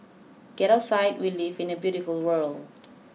get outside we live in a beautiful world